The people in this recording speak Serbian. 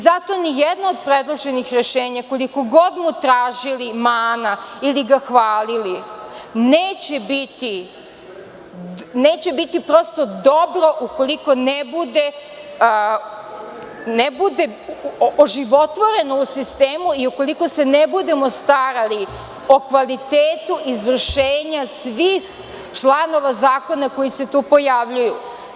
Zato ni jedno od predloženih rešenja, koliko god mu tražili mana ili ga hvalili, neće biti dobro ukoliko ne bude oživotvoreno u sistemu i ukoliko se ne budemo starali o kvalitetu izvršenja svih članova zakona koji se tu pojavljuju.